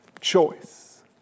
choice